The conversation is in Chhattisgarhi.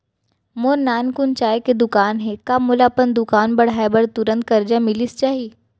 मोर नानकुन चाय के दुकान हे का मोला अपन दुकान बढ़ाये बर तुरंत करजा मिलिस जाही?